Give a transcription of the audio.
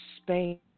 Spain